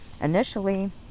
initially